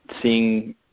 seeing